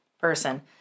person